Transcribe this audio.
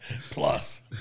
Plus